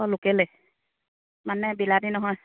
অঁ লোকেলেই মানে বিলাতী নহয়